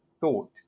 thought